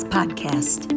Podcast